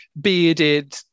bearded